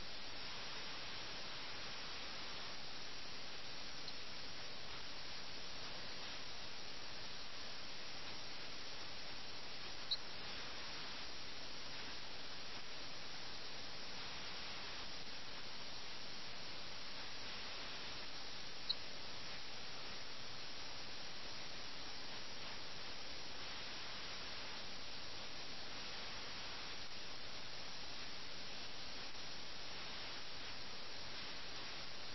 വലിയവരും ചെറിയവരും പണക്കാരും ദരിദ്രരും ഈ കഥയിൽ പറഞ്ഞിരിക്കുന്ന വാചകത്തിലേക്ക് നോക്കുക അവരെല്ലാം അതിൽ മുങ്ങിപ്പോയിരിക്കുന്നു അവരെല്ലാം ഈ നാശത്തിന്റെ കിണറ്റിൽ വീണുപ്പോയിരിക്കുന്നു ചിലർ നൃത്തത്തിലും സംഗീതത്തിലും മുഴുകി ചിലർ കലകളിൽ തൽപരരായിരുന്നു ചിലർ കറുപ്പിൽ നിന്ന് ലഭിക്കുന്ന മയക്കത്തിൽ സന്തോഷിക്കുന്നു